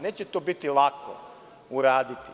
Neće to biti lako uraditi.